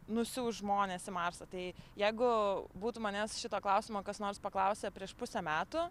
nusiųs žmones į marsą tai jeigu būtų manęs šito klausimo kas nors paklausę prieš pusę metų